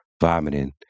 vomiting